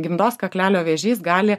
gimdos kaklelio vėžys gali